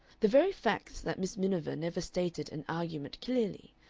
the very facts that miss miniver never stated an argument clearly,